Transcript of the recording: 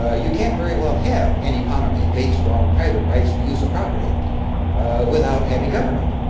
ah you can't very well have an economy based on private rights to use of property without having government.